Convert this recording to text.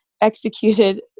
executed